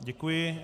Děkuji.